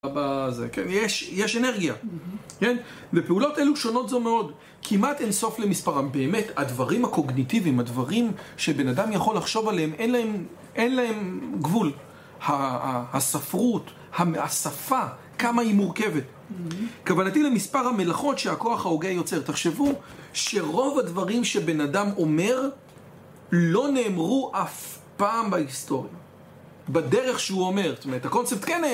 יש אנרגיה. ופעולות אלו שונות זו מאוד, כמעט אין סוף למספרם. באמת הדברים הקוגניטיביים, הדברים שבן אדם יכול לחשוב עליהם, אין להם גבול. הספרות, השפה - כמה היא מורכבת. כוונתי למספר המלאכות שהכוח ההוגה יוצר. תחשבו, שרוב הדברים שבן אדם אומר, לא נאמרו אף פעם בהיסטוריה בדרך שהוא אומר. הקונספט כן